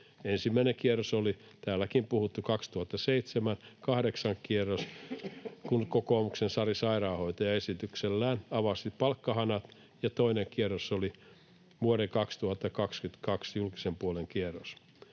Ensimmäinen kerta oli täälläkin puhuttu vuosien 2007—2008 kierros, kun kokoomuksen Sari Sairaanhoitaja esityksellään avasi palkkahanat, ja toinen kierros oli vuoden 2022 julkisen puolen kierros.